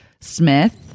Smith